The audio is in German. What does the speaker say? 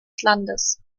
landes